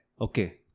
Okay